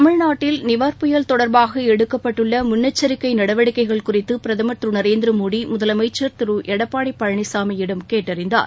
தமிழ்நாட்டில் நிவார் புயல் தொடர்பாக எடுக்கப்பட்டுள்ள முன்னெச்சிக்கை நடவடிக்கைகள் குறித்து பிரதமர் நரேந்திரமோடி திரு முதலமைச்சர் திரு எடப்பாடி பழனிசாமியிடம் கேட்டறிந்தார்